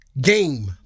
game